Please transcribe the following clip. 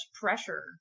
pressure